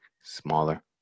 smaller